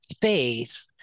faith